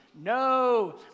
No